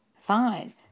fine